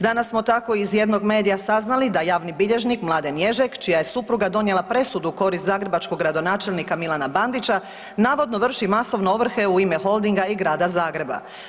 Danas smo tako iz jednog medija saznali da javni bilježnik Mladen Ježek čija je supruga donijela presudu u korist zagrebačkog gradonačelnika Milana Bandića navodno vrši masovno ovrhe u ime Holdinga i Grada Zagreba.